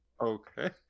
okay